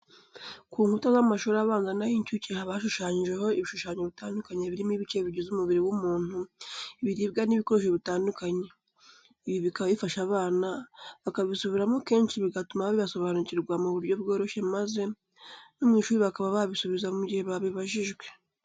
Ku nkuta z'amashuri abanza n'ay'incuke haba hashushanyijeho ibishushanyo bitandukanye birimo ibice bigize umubiri w'umuntu, ibiribwa n'ibikoresho bitandukanye. Ibi bikaba bifasha abana, bakabisubiramo kenshi bigatuma babisobanukirwa mu buryo bworoshye maze no mu ishuri bakaba babisubiza mu gihe babibajijwe.